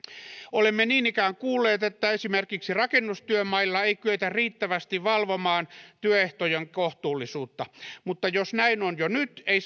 olemme niin ikään kuulleet että esimerkiksi rakennustyömailla ei kyetä riittävästi valvomaan työehtojen kohtuullisuutta mutta jos näin on jo nyt ei